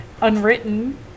unwritten